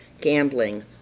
gambling